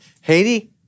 Haiti